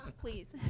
please